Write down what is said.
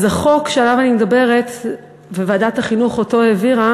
אז החוק שעליו אני מדברת וועדת החינוך העבירה